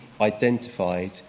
identified